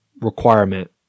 requirement